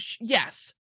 yes